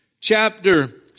chapter